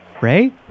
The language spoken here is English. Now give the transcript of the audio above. Ray